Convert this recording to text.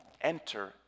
enter